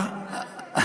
כי